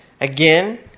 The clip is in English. again